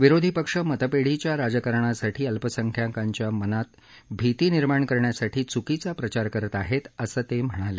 विरोधी पक्ष मतपेढीच्या राजकारणासाठी अल्पसंख्याकांच्या मनात भिती निर्माण करण्यासाठी च्कीचा प्रचार करत आहेत असं ते म्हणाले